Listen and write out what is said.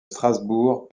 strasbourg